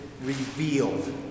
Revealed